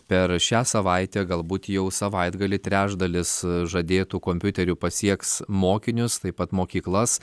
per šią savaitę galbūt jau savaitgalį trečdalis žadėtų kompiuterių pasieks mokinius taip pat mokyklas